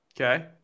Okay